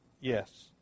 Yes